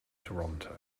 toronto